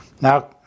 Now